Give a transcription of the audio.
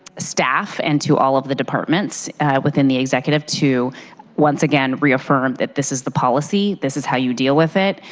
staff and to all of the departments within the executive to once again reaffirm this is the policy, this is how you deal with it.